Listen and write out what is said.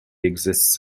exists